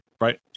right